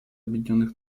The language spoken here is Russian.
объединенных